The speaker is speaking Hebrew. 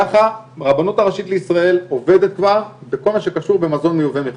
ככה הרבנות הראשית לישראל עובדת כבר בכל מה שקשור במזון מיובא מחו"ל.